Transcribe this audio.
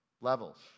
levels